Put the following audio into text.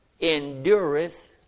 endureth